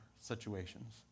situations